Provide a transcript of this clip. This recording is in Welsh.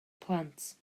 plant